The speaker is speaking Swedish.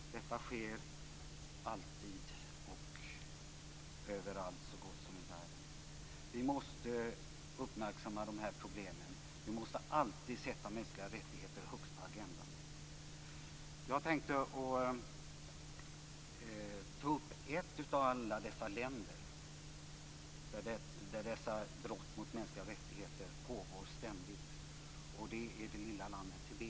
Detta sker alltid och så gott som överallt i världen. Vi måste uppmärksamma dessa problem. Vi måste alltid sätta mänskliga rättigheter högst på agendan. Jag tänkte ta upp ett av alla dessa länder där dessa brott mot mänskliga rättigheter ständigt pågår, nämligen det lilla landet Tibet.